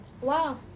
Wow